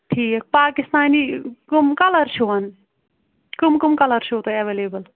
ٹھیٖک پاکِستانی کٔم کلر چھُون کٔم کٔم کلر چھُو تۄہہِ ایویلیبٕل